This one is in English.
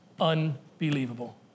unbelievable